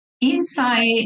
inside